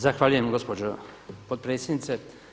Zahvaljujem gospođo potpredsjednice.